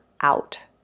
out